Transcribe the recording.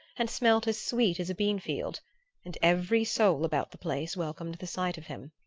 and smelt as sweet as a bean-field and every soul about the place welcomed the sight of him.